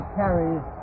carries